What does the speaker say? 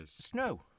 snow